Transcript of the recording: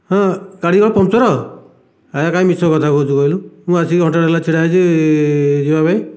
ହଁ ଗାଡ଼ି କଣ ପଙ୍କଚର ହେ କାଇଁ ମିଛ କଥା କହୁଛୁ କହିଲୁ ମୁଁ ଆସିକି ଘଣ୍ଟାଟା ହେଲା ଛିଡ଼ା ହୋଇଛି ଯିବା ପାଇଁ